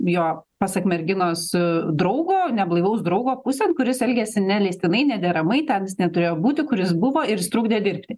jo pasak merginos u draugo neblaivaus draugo pusėn kuris elgiasi neleistinai nederamai ten jis neturėjo būti kur jis buvo ir sutrukdė dirbti